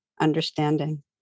understanding